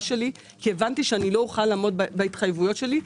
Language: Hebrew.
שלי כי הבנתי שאני לא אוכל לעמוד בהתחייבויות שלי,